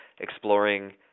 exploring